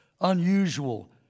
unusual